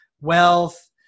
wealth